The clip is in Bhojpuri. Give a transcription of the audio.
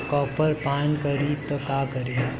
कॉपर पान करी त का करी?